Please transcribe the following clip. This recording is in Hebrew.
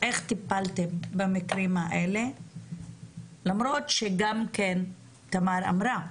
איך טיפלתם במקרים האלה, למרות שגם תמר אמרה,